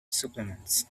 supplements